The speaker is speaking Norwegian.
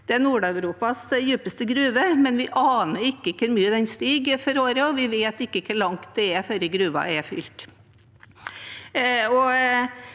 Det er Nord-Europas dypeste gruve, men vi aner ikke hvor mye det stiger i året, og vi vet ikke hvor lang tid det tar før gruven er fylt.